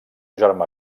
germà